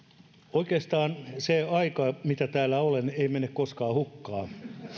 oikeastaan se aika mitä täällä olen ei mene koskaan hukkaan